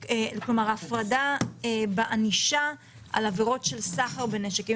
הפרדה בענישה על עבירות של סחר בנשק.